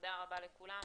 תודה רבה לכולם.